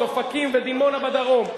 אופקים ודימונה בדרום,